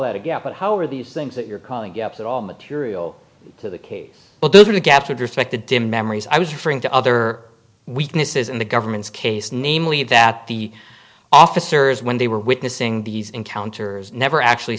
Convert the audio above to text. that again but how are these things that you're calling that all material to the case well those are the gaps would respect the dim memories i was referring to other weaknesses in the government's case namely that the officers when they were witnessing these encounters never actually